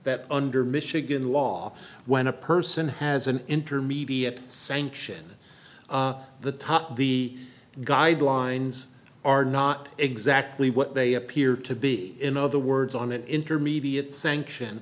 that under michigan law when a person has an intermediate sanction the top the guidelines are not exactly what they appear to be in other words on an intermediate sanction